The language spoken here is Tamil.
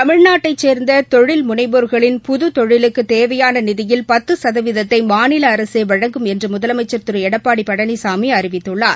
தமிழ் நாட்டைச் சேர்ந்த தொழில் முனைவோர்களின் புதுத் தொழிலுக்குத் தேவையான நிதியில ்பத்து சதவீதத்தை மாநில அரசே வழங்கும் என்று முதலமைச்சர் திரு எடப்பாடி பழனிசாமி அறிவித்துள்ளார்